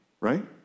right